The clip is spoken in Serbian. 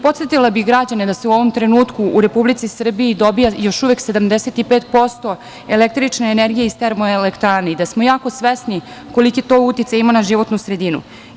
Podsetila bih građane da se u ovom trenutku u Republici Srbiji dobija još uvek 75% električne energije iz termoelektrana i da smo jako svesni koliki to uticaj ima na životnu sredinu.